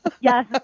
Yes